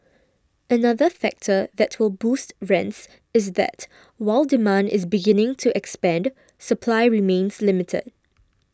another factor that will boost rents is that while demand is beginning to expand supply remains limited